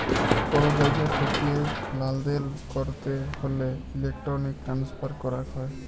call জায়গা ঠেকিয়ে লালদেল ক্যরতে হ্যলে ইলেক্ট্রনিক ট্রান্সফার ক্যরাক হ্যয়